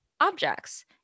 Objects